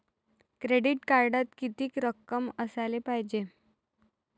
Credit कार्डात कितीक रक्कम असाले पायजे?